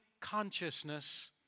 consciousness